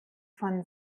von